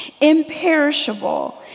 imperishable